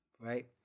right